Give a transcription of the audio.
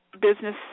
business